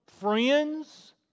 friends